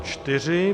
4.